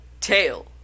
tail